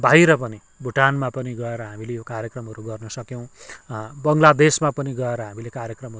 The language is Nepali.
बाहिर पनि भुटानमा पनि गएर हामीले यो कार्यक्रमहरू गर्न सक्यौँ बङ्लादेशमा पनि गएर हामीले कार्यक्रमहरू